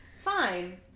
fine